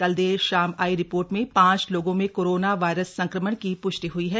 कल देर शाम आयी रिपोर्ट में पांच लोगों में कोरोना वायरस संक्रमण की प्ष्टि हई है